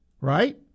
right